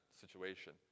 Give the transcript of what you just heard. situation